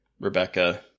Rebecca